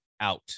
out